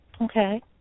Okay